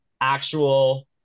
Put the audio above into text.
actual